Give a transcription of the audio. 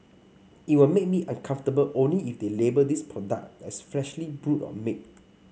it will make me uncomfortable only if they label these product as freshly brewed or made